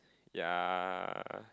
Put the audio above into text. ya